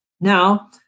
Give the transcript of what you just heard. Now